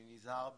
אני נזהר בלשוני,